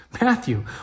Matthew